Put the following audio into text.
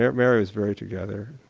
yeah mary was very together,